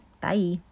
Bye